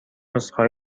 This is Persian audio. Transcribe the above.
عذرخواهی